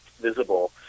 visible